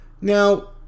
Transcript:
Now